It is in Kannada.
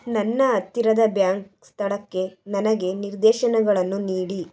ನನ್ನ ಹತ್ತಿರದ ಬ್ಯಾಂಕ್ ಸ್ಥಳಕ್ಕೆ ನನಗೆ ನಿರ್ದೇಶನಗಳನ್ನು ನೀಡಿ